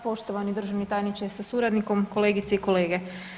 Poštovani državni tajniče sa suradnikom, kolegice i kolege.